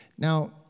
Now